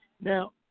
Now